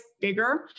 bigger